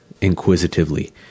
inquisitively